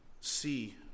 see